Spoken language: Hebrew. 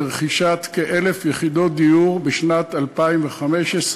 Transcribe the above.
לרכישת כ-1,000 יחידות דיור בשנת 2015,